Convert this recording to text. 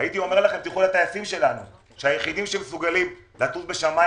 הייתי אומר לכם תלכו לטייסים שלנו שהיחידים שמסוגלים לטוס בשמיים